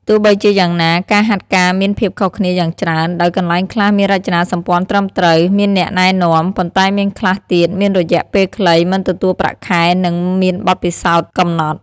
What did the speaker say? ទោះបីជាយ៉ាងណា ការហាត់ការមានភាពខុសគ្នាយ៉ាងច្រើន ដោយកន្លែងខ្លះមានរចនាសម្ព័ន្ធត្រឹមត្រូវ មានអ្នកណែនាំ ប៉ុន្តែមានខ្លះទៀតមានរយៈពេលខ្លី មិនទទួលប្រាក់ខែ និងមានបទពិសោធន៍កំណត់។